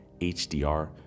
HDR